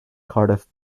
cardiff